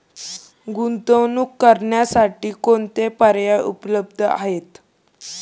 गुंतवणूक करण्यासाठी कोणते पर्याय उपलब्ध आहेत?